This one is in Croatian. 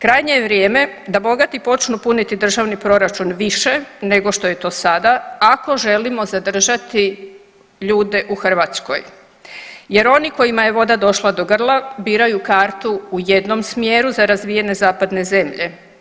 Krajnje je vrijeme da bogati počnu puniti državni proračun više nego što je to sada ako želimo zadržati ljude u Hrvatskoj jer onima kojima je voda došla do grla biraju kartu u jednom smjeru za razvijene zapadne zemlje.